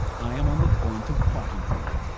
i am on the point of parting from you.